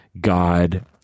God